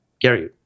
Gary